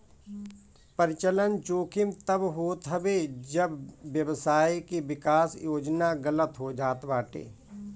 परिचलन जोखिम तब होत हवे जब व्यवसाय के विकास योजना गलत हो जात बाटे